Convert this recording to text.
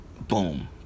boom